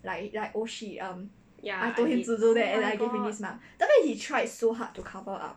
like like oh shit um I told him to do that and I gave him this mark after that he tried so hard to cover up